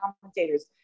commentators